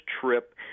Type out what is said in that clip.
trip